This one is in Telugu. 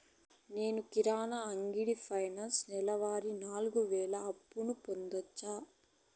నేను కిరాణా అంగడి పైన నెలవారి నాలుగు వేలు అప్పును పొందొచ్చా?